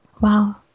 Wow